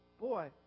boy